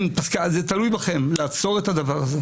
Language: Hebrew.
זה תלוי בכם לעצור את הדבר הזה.